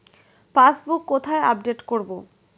Passbook কোথায় update করব?